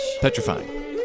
Petrifying